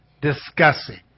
discussing